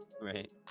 right